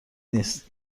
نیست